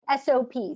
SOPs